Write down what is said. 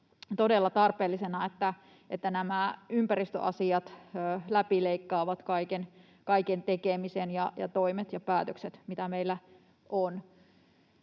todella tarpeellisena, että nämä ympäristöasiat läpileikkaavat kaiken tekemisen ja toimet ja päätökset, mitä meillä on.